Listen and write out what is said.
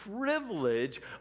privilege